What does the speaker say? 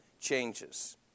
changes